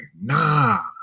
nah